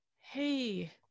hey